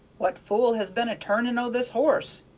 what fool has been a turning o' this horse?